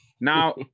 Now